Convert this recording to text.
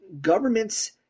Governments